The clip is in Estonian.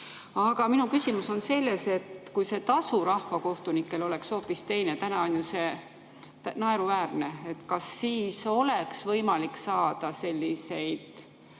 Aga minu küsimus on selles, et kui see tasu rahvakohtunikel oleks hoopis teine – praegu on see naeruväärne –, kas siis oleks võimalik saada selliseid